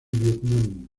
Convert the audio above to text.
vietnam